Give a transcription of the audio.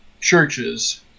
churches